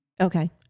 Okay